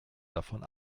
davon